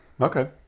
okay